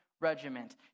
regiment